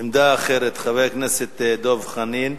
עמדה אחרת, חבר הכנסת דב חנין,